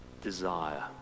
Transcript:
desire